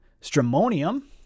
Stramonium